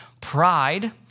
Pride